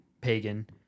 pagan